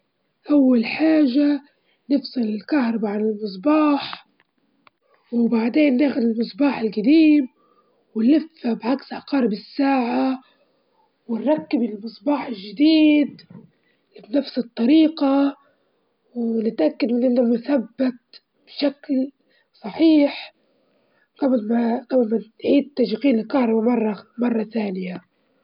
أول حاجة بنفرز الكتب أول حاجة وحسب اللون وحسب الذوق وحسب الحجم، وممكن نستخدم رفرف متعددة وصناديق شكلها حلو، عشان تكون مرتبة ونخلي الكتب اللي نجراها في مكان جريب ونوصلها بالساهل والكتب الجريتها و معنش نجراها مرة تاني نحطها من جوة.